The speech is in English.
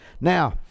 Now